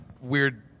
weird